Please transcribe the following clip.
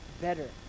better